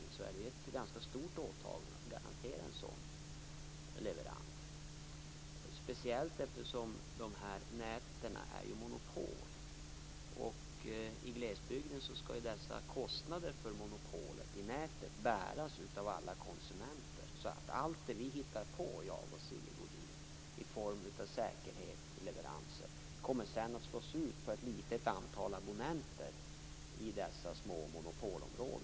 Det är ett ganska stort åtagande att garantera en sådan leverans, speciellt som näten är monopol. I glesbygden skall dessa kostnader för monopolet i nätet bäras av alla konsumenter. Allt vi hittar på - jag och Sigge Godin - i form av säkerhet till leveranser kommer att slås ut på ett litet antal abonnenter i dessa små monopolområden.